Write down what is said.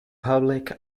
public